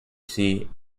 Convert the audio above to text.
see